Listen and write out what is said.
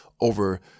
over